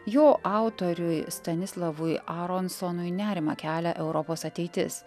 jo autoriui stanislavui aronsonui nerimą kelia europos ateitis